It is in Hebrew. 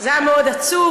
זה היה מאוד עצוב,